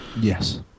Yes